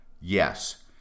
yes